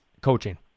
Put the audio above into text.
coaching